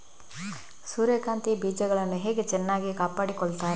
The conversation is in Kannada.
ಸೂರ್ಯಕಾಂತಿ ಬೀಜಗಳನ್ನು ಹೇಗೆ ಚೆನ್ನಾಗಿ ಕಾಪಾಡಿಕೊಳ್ತಾರೆ?